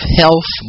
health